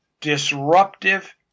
disruptive